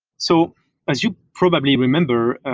so as you probably remember,